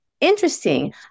interesting